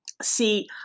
see